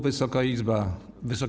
Wysoka Izbo!